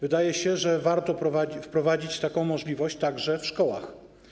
Wydaje się, że warto wprowadzić taką możliwość także w szkołach.